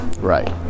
right